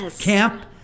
camp